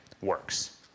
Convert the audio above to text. works